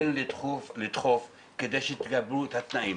לדחוף כדי שתקבלו את התנאים.